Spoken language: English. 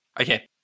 Okay